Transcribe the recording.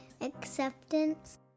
acceptance